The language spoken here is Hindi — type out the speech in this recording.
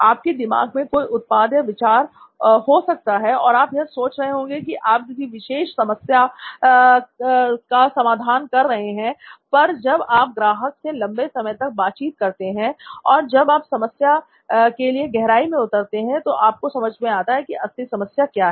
आपके दिमाग में कोई उत्पाद या विचार हो सकता है और आप यह सोच रहे होंगे कि आप किसी विशेष समस्या था समाधान कर रहे हैं पर जब आप ग्राहक से लंबे समय तक बातचीत करते हैं और जब आप समस्या के लिए गहराई में उतरते हैं तो आपको समझ में आता है की असली समस्या क्या है